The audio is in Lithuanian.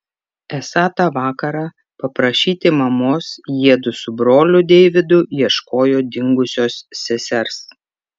esą tą vakarą paprašyti mamos jiedu su broliu deividu ieškojo dingusios sesers